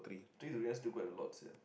actually to be honest still quite a lot sia